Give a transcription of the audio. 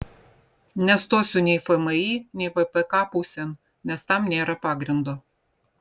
nestosiu nei fmį nei vpk pusėn nes tam nėra pagrindo